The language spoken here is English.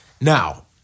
now